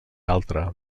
altre